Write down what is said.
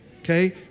Okay